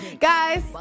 Guys